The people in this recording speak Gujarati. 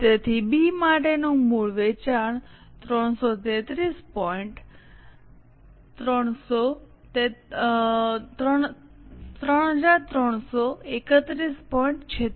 તેથી B માટેનું મૂળ વેચાણ 333 પોઇન્ટ 3331